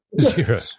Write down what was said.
zero